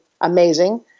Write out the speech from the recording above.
amazing